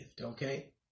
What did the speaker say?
okay